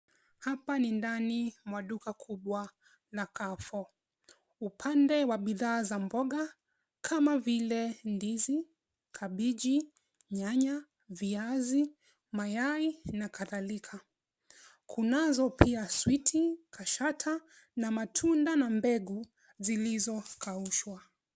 Hapa ni ndani mwa duka kubwa la Carrefour, upande wa bidhaa za mboga kama vile ndizi, kabichi, nyanya, viazi, mayai na kadhalika. Kunazo pia switi, kashata na matunda na mbegu zilizokaushwa.